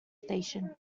station